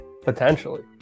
potentially